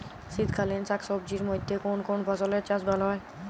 শীতকালীন শাকসবজির মধ্যে কোন কোন ফসলের চাষ ভালো হয়?